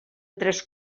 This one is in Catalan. tres